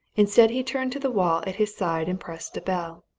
instead, he turned to the wall at his side and pressed a bell.